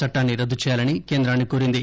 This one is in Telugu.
చట్టాన్ని రద్దు చేయాలని కేంద్రాన్ని కోరింది